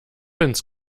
ins